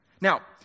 Now